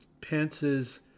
Pence's